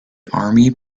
army